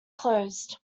closed